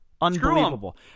Unbelievable